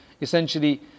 essentially